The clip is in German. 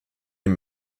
den